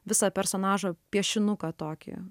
visą personažo piešinuką tokį